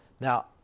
Now